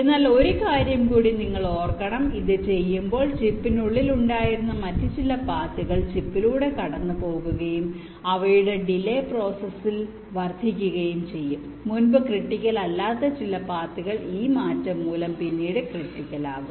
എന്നാൽ ഒരു കാര്യം കൂടി നിങ്ങൾ ഓർക്കണം ഇത് ചെയ്യുമ്പോൾ ചിപ്പിനുള്ളിൽ ഉണ്ടായിരുന്ന മറ്റ് ചില പാത്തുകൾ ചിപ്പിലൂടെ കടന്നുപോകുകയും അവയുടെ ഡിലെ പ്രോസസ്സിൽ വർദ്ധിക്കുകയും ചെയ്യും മുമ്പ് ക്രിട്ടിക്കൽ അല്ലാത്ത ചില പാത്തുകൾ ഈ മാറ്റം മൂലം പിന്നീട് ക്രിട്ടിക്കൽ ആകും